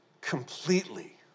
completely